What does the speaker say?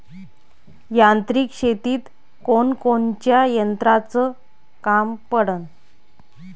यांत्रिक शेतीत कोनकोनच्या यंत्राचं काम पडन?